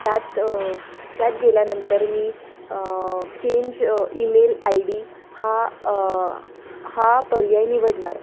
त्यात त्यात गेल्यानंतर मी चेंज ईमेल आय डी हा हा पर्याय निवडणार